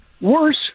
Worse